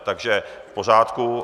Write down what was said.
Takže v pořádku.